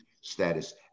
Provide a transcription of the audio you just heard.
status